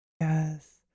Yes